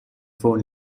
for